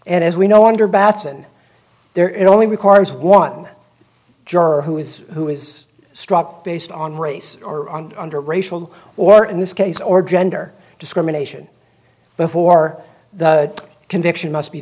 and as we know under batson there it only requires one jerk who is who is struck based on race or under racial or in this case or gender discrimination before the conviction must be